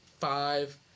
five